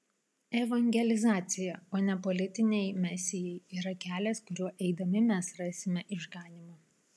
evangelizacija o ne politiniai mesijai yra kelias kuriuo eidami mes rasime išganymą